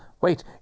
Wait